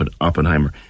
Oppenheimer